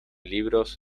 libros